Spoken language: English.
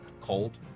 cold